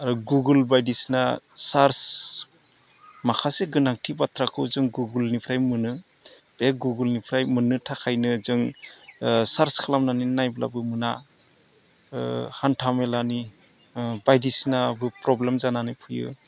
आरो गुगोल बायदिसिना सार्स माखासे गोनांथि बाथ्राखौ जों गुगोलनिफ्राय मोनो बे गुगोलनिफ्राय मोननो थाखायनो जों सार्स खालामनानै नायब्लाबो मोना हान्थामेलानि बायदिसिना प्रब्लेम जानानै फैयो